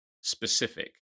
specific